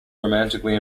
romantically